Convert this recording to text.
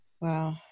Wow